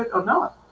it or not